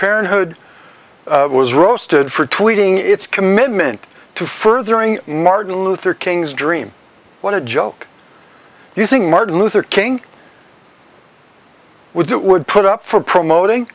parenthood was roasted for treating its commitment to furthering martin luther king's dream what a joke using martin luther king would it would put up for promoting